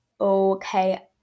Okay